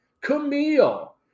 Camille